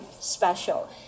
special